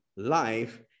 life